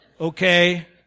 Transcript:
okay